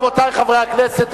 רבותי חברי הכנסת,